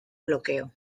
bloqueo